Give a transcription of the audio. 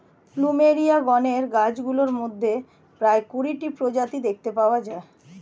plumeria গণের গাছগুলির মধ্যে প্রায় কুড়িটি প্রজাতি দেখতে পাওয়া যায়